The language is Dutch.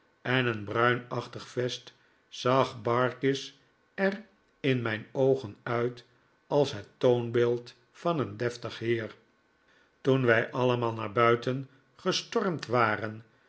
en een bruinaehtig vest zag barkis er in mijn oogen uit als het toonbeeld van een deftig heer toen wij allemaal naar buiten gestormd waren